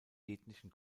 ethnischen